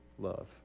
love